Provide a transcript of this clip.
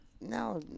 No